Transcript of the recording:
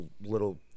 little